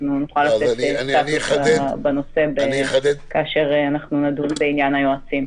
אנחנו נוכל לתת סטטוס בנושא כשנדון בעניין היועצים.